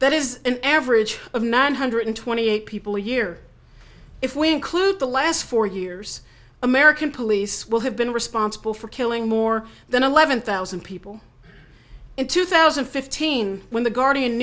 that is an average of nine hundred twenty eight people a year if we include the last four years american police will have been responsible for killing more than eleven thousand people in two thousand and fifteen when the guardian